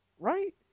right